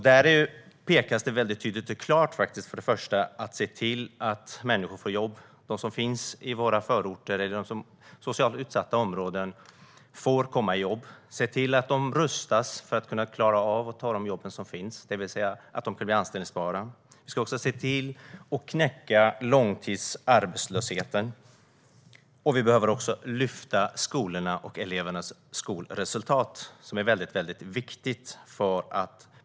Där pekar man tydligt på vikten av att människor i våra förorter eller i socialt utsatta områden får jobb. Man pekar på vikten av att de rustas för att klara av att ta de jobb som finns, det vill säga att de blir anställbara. Vi måste se till att knäcka långtidsarbetslösheten, och vi behöver också lyfta skolorna och elevernas skolresultat.